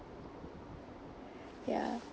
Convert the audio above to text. ya